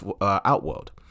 Outworld